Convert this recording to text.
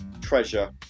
Treasure